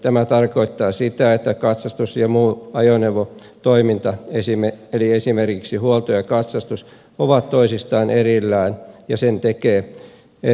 tämä tarkoittaa sitä että katsastus ja muu ajoneuvotoiminta eli esimerkiksi huolto ja katsastus ovat toisistaan erillään ja ne tekee eri henkilö